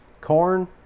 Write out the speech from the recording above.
corn